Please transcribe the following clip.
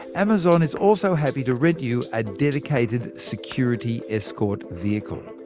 amazon's also happy to rent you a dedicated security escort vehicle.